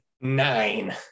Nine